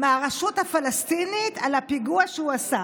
מהרשות הפלסטינית על הפיגוע שהוא עשה,